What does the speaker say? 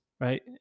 right